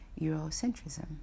Eurocentrism